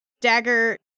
Dagger